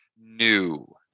new